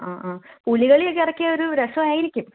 ആ ആ പുലികളിയൊക്കെ ഇറക്കിയാൽ ഒരു രസം ആയിരിക്കും